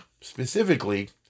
specifically